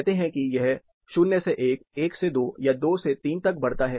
कहते हैं कि यह 0 से 1 1 से 2 या 2 से 3 तक बढ़ता है